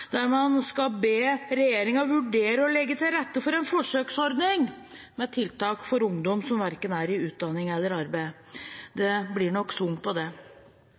der man skal be regjeringen vurdere å legge til rette for en forsøksordning med tiltak for ungdom som verken er i utdanning eller arbeid. Det blir nok schwung på det.